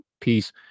piece